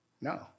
No